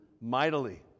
mightily